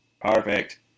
Perfect